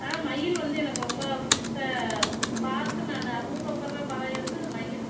ஆனால் மயில் வந்து எனக்கு ரொம்ப பிடிச்ச பார்த்து நானு அபூர்வப்பட்ற பறவை வந்து மயில்